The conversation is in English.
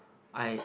I